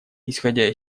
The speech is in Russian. исходя